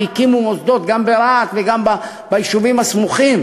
והקימו מוסדות גם ברהט וגם ביישובים הסמוכים.